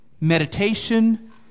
meditation